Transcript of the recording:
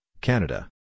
Canada